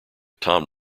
tom